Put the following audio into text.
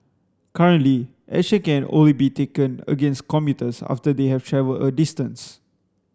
currently action can only be taken against commuters after they have travelled a distance